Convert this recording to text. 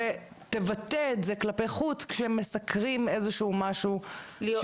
ותבטא את זה כלפי חוץ כשמסקרים איזשהו משהו שקרה.